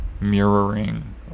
mirroring